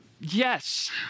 Yes